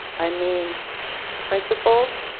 i mean principles,